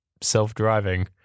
self-driving